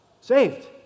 Saved